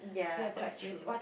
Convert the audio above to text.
yeah quite true